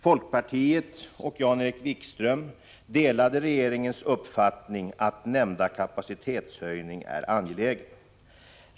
Folkpartiet och Jan-Erik Wikström delade regeringens uppfattning att nämnda kapacitetshöjning är angelägen.